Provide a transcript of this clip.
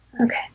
Okay